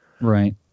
Right